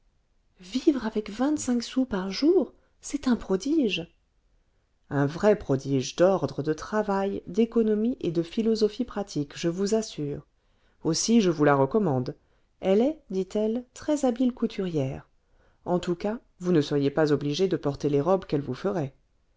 vivre avec vingt-cinq sous par jour c'est un prodige un vrai prodige d'ordre de travail d'économie et de philosophie pratique je vous assure aussi je vous la recommande elle est dit-elle très-habile couturière en tout cas vous ne seriez pas obligée de porter les robes qu'elle vous ferait